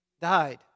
died